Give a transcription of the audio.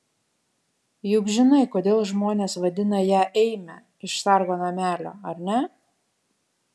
juk žinai kodėl žmonės vadina ją eime iš sargo namelio ar ne